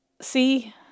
See